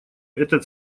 этот